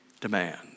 demand